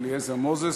אליעזר מוזס.